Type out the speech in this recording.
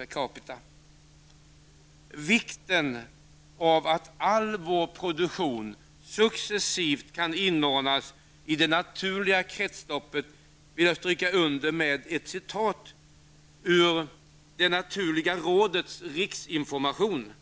Jag vill stryka under vikten av att all vår produktion successivt kan inordnas i det naturliga kretsloppet genom att återge ett citat ur Det naturliga Rådets riksinformation.